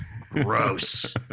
Gross